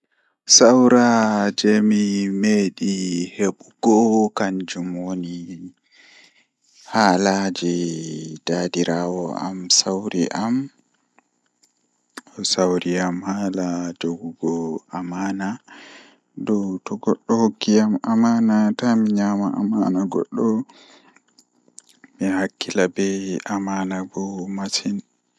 Sawra jeimi meedi hebugo kanjum woni haala jei dadiraawo am meedi sawrugo am, O sawri am haala jogugo amana dow to goddo hokki am amana taami nyama amana goddo mi hakkila be amana bo masin.